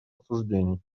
обсуждений